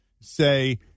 say